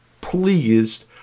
pleased